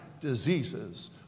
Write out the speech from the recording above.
diseases